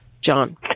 John